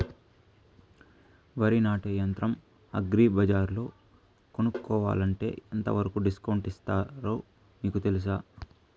వరి నాటే యంత్రం అగ్రి బజార్లో కొనుక్కోవాలంటే ఎంతవరకు డిస్కౌంట్ ఇస్తారు మీకు తెలుసా?